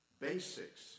basics